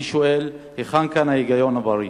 אני שואל: היכן כאן ההיגיון הבריא?